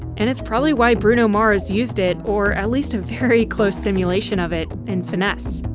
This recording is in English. and it's probably why bruno mars used it, or at least a very close simulation of it, in finesse.